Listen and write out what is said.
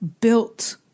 built